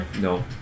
No